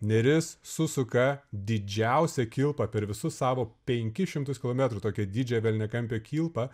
neris susuka didžiausią kilpa per visus savo penkis šimtus kilometrų tokią didžiąją velniakampę kilpą